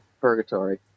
purgatory